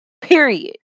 Period